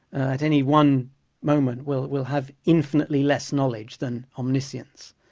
at any one moment we'll we'll have infinitely less knowledge than omniscience.